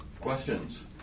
Questions